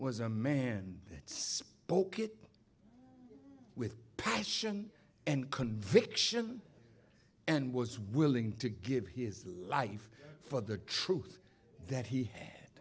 was a man that spoke it with passion and conviction and was willing to give his life for the truth that he had